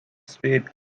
state